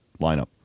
lineup